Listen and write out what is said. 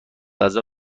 غذا